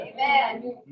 Amen